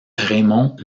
raimond